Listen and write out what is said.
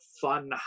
fun